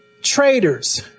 Traitors